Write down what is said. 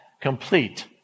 complete